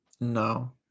No